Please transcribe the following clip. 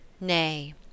Nay